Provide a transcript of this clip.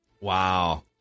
Wow